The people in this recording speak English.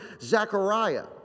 Zechariah